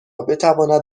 بتواند